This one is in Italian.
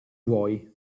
vuoi